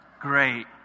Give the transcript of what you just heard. Great